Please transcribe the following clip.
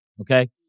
Okay